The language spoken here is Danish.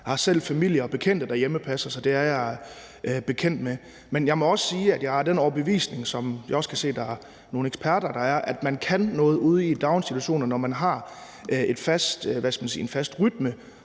Jeg har selv familie og bekendte, der hjemmepasser, så det er jeg bekendt med. Men jeg må også sige, at jeg er af den overbevisning, som jeg også kan se der er nogle eksperter der er, at man kan noget ude i daginstitutionerne, når man har en fast rytme